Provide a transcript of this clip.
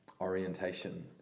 orientation